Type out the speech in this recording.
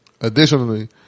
Additionally